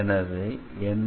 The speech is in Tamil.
எனவே n